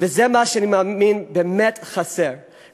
וזה מה שאני מאמין שבאמת חסר,